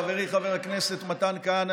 חברי חבר הכנסת מתן כהנא,